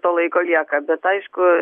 to laiko lieka bet aišku